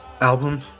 album